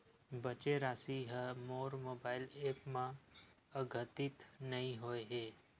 बचे राशि हा मोर मोबाइल ऐप मा आद्यतित नै होए हे